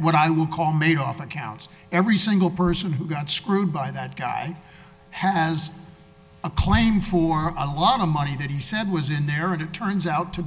what i will call made off accounts every single person who got screwed by that guy has a claim for a lot of money that he said was in there and it turns out to